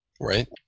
Right